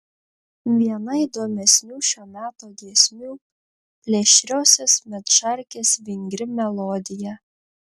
viena įdomesnių šio meto giesmių plėšriosios medšarkės vingri melodija